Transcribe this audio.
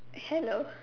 hello